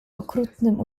okrutnym